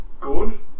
good